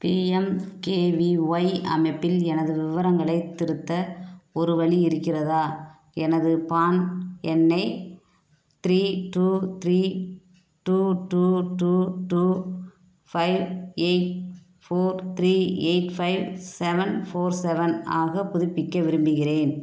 PMKVY அமைப்பில் எனது விவரங்களைத் திருத்த ஒரு வழி இருக்கிறதா எனது பான் எண்ணை three two three two two two two five eight four three eight five seven four seven ஆக புதுப்பிக்க விரும்புகிறேன்